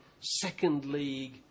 second-league